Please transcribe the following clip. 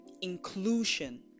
inclusion